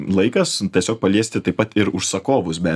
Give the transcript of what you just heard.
laikas tiesiog paliesti taip pat ir užsakovus be